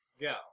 Go